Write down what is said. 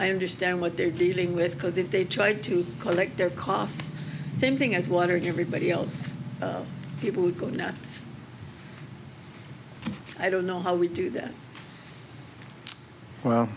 i understand what they're dealing with because if they tried to collect their costs same thing as water you'd be body else people would go nuts i don't know how we do that well